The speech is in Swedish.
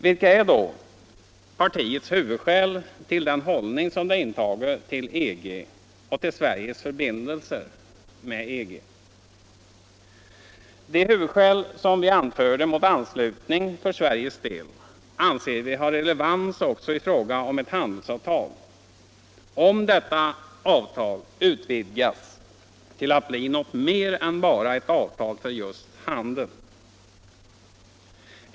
Vilka är då partiets huvudskäl till den hållning som det intagit till EG och till Sveriges förbindelser med EG? De huvudskäl vi anförde mot anslutning för Sveriges del anser vi har relevans också i fråga om ett handelsavtal, om detta avtal utvidgas till att bli något mer än bara ett avtal för just handel.